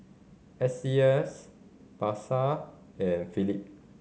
S C S Pasar and Philip